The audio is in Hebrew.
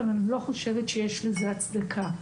אבל אני לא חושבת שיש לזה הצדקה.